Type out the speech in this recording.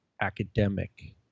academic